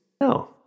No